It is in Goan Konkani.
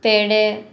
पेडे